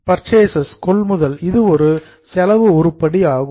purchases கொள்முதல் இது ஒரு செலவு உருப்படி ஆகும்